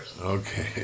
Okay